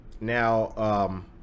Now